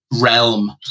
realm